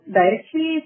directly